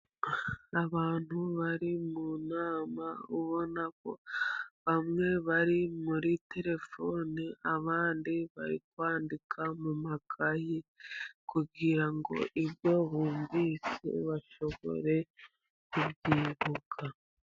Abantu bari mu nama, ubona ko bamwe bari muri terefone, abandi bari kwandika mu makayi kugira ngo ibyo bumvise bashobore kubyibuka.